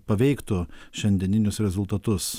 paveiktų šiandieninius rezultatus